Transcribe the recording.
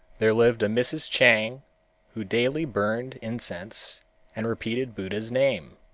there lived a mrs. chang who daily burned incense and repeated buddha's name.